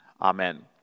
amen